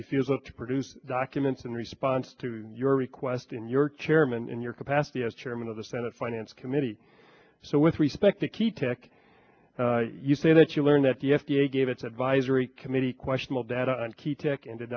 refusal to produce documents in response to your request in your chairman in your capacity as chairman of the senate finance committee so with respect to key tech you say that you learned that the f d a gave its advisory committee questionable data on key tech and did